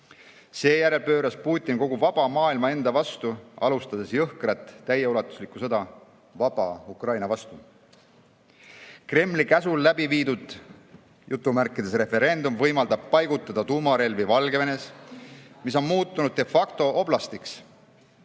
Seejärel pööras Putin kogu vaba maailma enda vastu, alustades jõhkrat täieulatuslikku sõda vaba Ukraina vastu. Kremli käsul läbi viidud "referendum" võimaldab paigutada tuumarelvi Valgevenesse, mis on muutunudde factooblastiks.